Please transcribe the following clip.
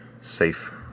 safe